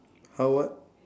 how what